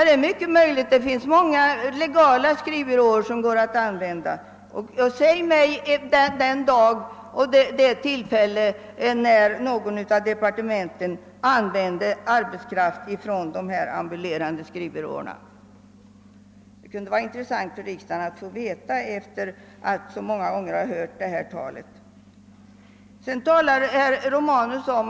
Det är mycket möjligt; det finns många legala skrivbyråer man kan använda, men säg mig det tillfälle när något av departementen an vänt arbetskraft från de ambulerande skrivbyråerna! Det kunde vara intressant för riksdagen att få veta efter att så många gånger ha hört det här talet.